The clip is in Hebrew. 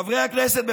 חברי הכנסת,